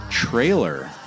trailer